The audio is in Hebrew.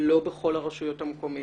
לא בכל הרשויות המקומיות.